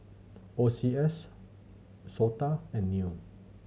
O C S SOTA and NEL